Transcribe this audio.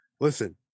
listen